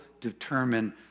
determine